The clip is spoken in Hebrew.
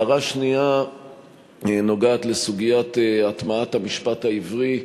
הערה שנייה נוגעת לסוגיית הטמעת המשפט העברי.